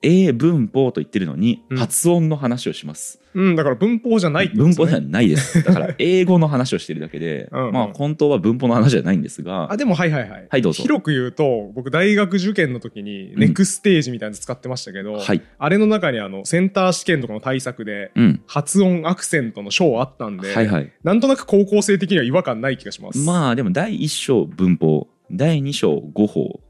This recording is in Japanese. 英文法と言ってるのに、うん。発音の話をします。うん、だから文法じゃないってことですよね。文法じゃないです。だから、 英語の話をしてるだけで、うんうん。まあ、本当は文法の話じゃないんですが。あ、でも、はいはいはい。はい、どうぞ。広く言うと、僕、大学受験の時にネクステージみたいなの使ってましたけど、うん。はい。あれの中にあの、センター試験とかの対策で、うん。発音アクセントの章あったんで、はいはい。なんとなく高校生的には違和感ない気がします。まあ、でも第一章、文法。第二章、語法。